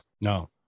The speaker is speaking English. no